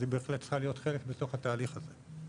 אז היא בהחלט צריכה להיות חלק בתוך התהליך הזה.